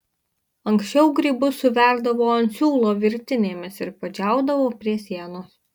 anksčiau grybus suverdavo ant siūlo virtinėmis ir padžiaudavo prie sienos